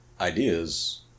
ideas